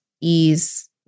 ease